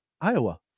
Iowa